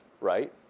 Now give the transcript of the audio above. right